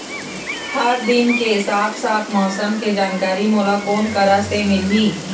हर दिन के साफ साफ मौसम के जानकारी मोला कोन करा से मिलही?